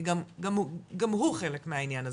כי גם הוא חלק מהעניין הזה,